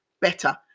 better